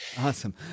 Awesome